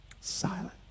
silent